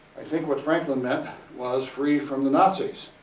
i think what franklin meant was free from the nazis.